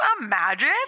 imagine